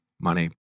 money